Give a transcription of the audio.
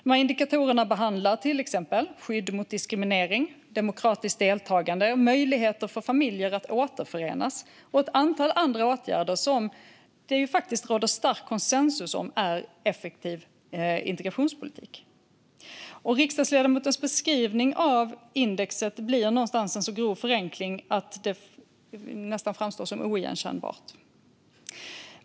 Indikatorerna behandlar till exempel skydd mot diskriminering, demokratiskt deltagande, möjligheter för familjer att återförenas och ett antal andra åtgärder som det faktiskt råder stark konsensus om att är effektiv integrationspolitik. Riksdagsledamotens beskrivning av indexet blir någonstans en så grov förenkling att det nästan framstår som oigenkännligt.